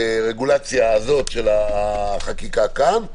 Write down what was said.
לרגולציה הזאת של החקיקה כאן,